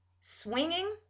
swinging